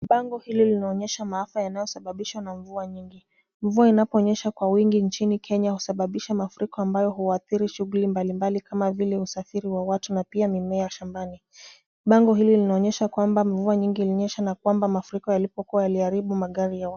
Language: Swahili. Bango hili linaonyesha maafa yanayosababisha na mvua nyingi. Mvua inaponyesha kwa wingi nchini Kenya husababisha mafuriko ambayo huathiri shughuli mbalimbali kama vile usafiri wa watu na mimea shambani. Bango hili linaonyesha kwamba mvua nyingi ilinyesha na kwamba mafuriko yalipokuwa yaliharibu magari ya watu.